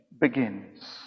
begins